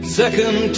second